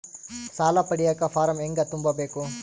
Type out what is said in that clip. ಸಾಲ ಪಡಿಯಕ ಫಾರಂ ಹೆಂಗ ತುಂಬಬೇಕು?